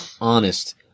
honest